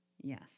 Yes